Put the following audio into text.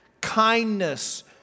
kindness